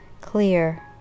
clear